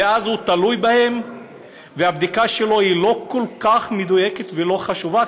ואז הוא תלוי בו והבדיקה שלו לא כל כך מדויקת ולא חשובה,